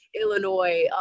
illinois